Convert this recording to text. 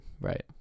Right